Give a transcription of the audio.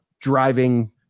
driving